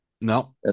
no